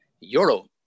Euro